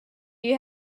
you